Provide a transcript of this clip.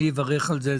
אני אברך על כך.